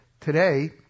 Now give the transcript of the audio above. today